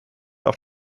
auf